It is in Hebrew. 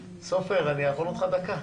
סופר, אני יכול אותך דקה.